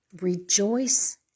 Rejoice